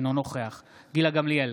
אינו נוכח גילה גמליאל,